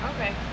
Okay